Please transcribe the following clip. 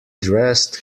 dressed